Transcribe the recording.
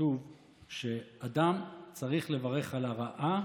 כתוב שאדם צריך לברך על הרעה